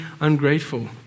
ungrateful